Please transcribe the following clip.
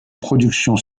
productions